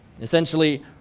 Essentially